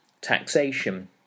taxation